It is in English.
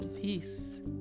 Peace